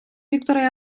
віктора